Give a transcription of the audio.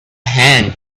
hand